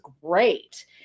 great